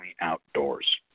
outdoors